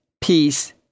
peace